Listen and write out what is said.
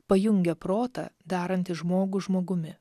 pajungia protą darantį žmogų žmogumi